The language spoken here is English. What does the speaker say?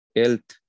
health